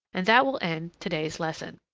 and that will end today's lesson.